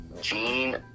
Gene